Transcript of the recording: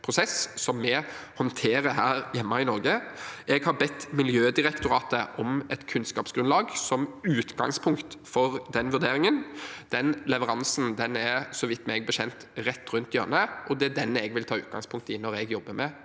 som vi håndterer her hjemme i Norge. Jeg har bedt Miljødirektoratet om et kunnskapsgrunnlag som utgangspunkt for den vurderingen. Den leveransen er meg bekjent rett rundt hjørnet, og det er den jeg vil ta utgangspunkt i når jeg jobber med